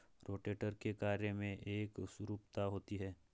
rotator के कार्य में एकरूपता होती है